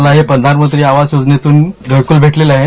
मला हे प्रधानमंञी आवास योजनेतून घरकूल भेटलेलं आहे